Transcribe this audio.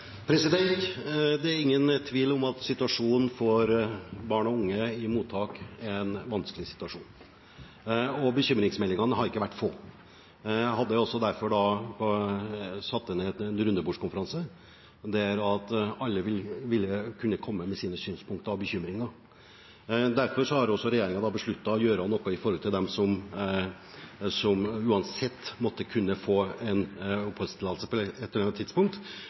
Det er ingen tvil om at situasjonen for barn og unge i mottak er vanskelig, og bekymringsmeldingene har ikke vært få. Jeg inviterte derfor til en rundebordskonferanse der alle kunne komme med sine synspunkter og bekymringer. Derfor har regjeringen besluttet å gjøre noe overfor dem som uansett kunne få oppholdstillatelse på et eller annet tidspunkt,